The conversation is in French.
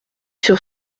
sur